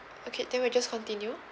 okay then we just continue